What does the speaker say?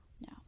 no